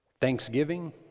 thanksgiving